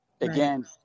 again